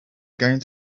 going